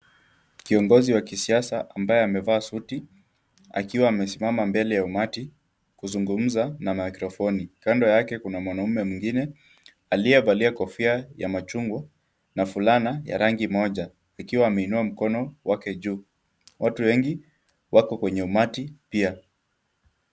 Kiongozi wa kisiasa ambaye amevaa suti akiwa amesimama mbele ya umati kuzungumza na mikrofoni. Kando yake kuna mwanamume mwingine aliyevalia kofia ya machungwa na fulana ya rangi moja ikiwa ameinua mkono wake juu. Watu wengi wako kwenye umati pia.